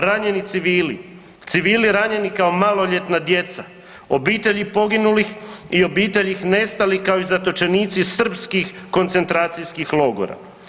Ranjeni civili, civili ranjeni kao maloljetna djeca, obitelji poginulih i obitelji nestalih kao i zatočenici srpskih koncentracijskih logora.